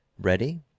Ready